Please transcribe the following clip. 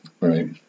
Right